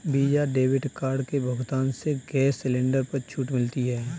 visa debit card के भुगतान से गैस सिलेंडर पर छूट मिलती है